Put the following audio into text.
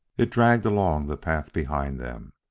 it dragged along the path behind them,